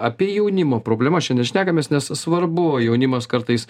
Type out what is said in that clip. apie jaunimo problemas šiandien šnekamės nes svarbu jaunimas kartais